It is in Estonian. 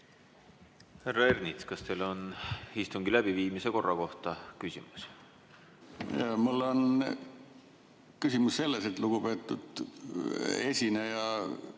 Ernits, kas teil on istungi läbiviimise korra kohta küsimus? Mul on küsimus selle kohta, et lugupeetud esineja